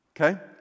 Okay